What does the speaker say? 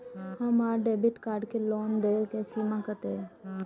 हमार debit card के लेन देन के सीमा केतना ये?